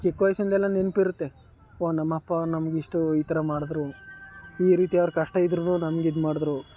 ಚಿಕ್ಕ ವಯಸಿಂದೆಲ್ಲ ನೆನ್ಪು ಇರುತ್ತೆ ಓಹ್ ನಮ್ಮ ಅಪ್ಪ ನಮ್ಗೆ ಇಷ್ಟು ಈ ಥರ ಮಾಡಿದ್ರು ಈ ರೀತಿ ಅವ್ರು ಕಷ್ಟ ಇದ್ದರೂನು ನಮ್ಗೆ ಇದು ಮಾಡಿದ್ರು